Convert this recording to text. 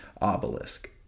obelisk